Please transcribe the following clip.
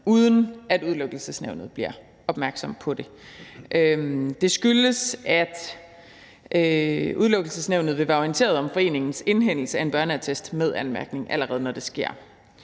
uden at Udelukkelsesnævnet bliver opmærksom på det. Det skyldes, at Udelukkelsesnævnet vil være orienteret om foreningens indhentelse af en børneattest med anmærkning, allerede når det sker.